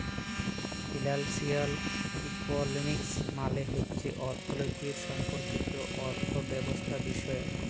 financial economics মালে হছে অথ্থলিতি সম্পর্কিত অথ্থব্যবস্থাবিষয়ক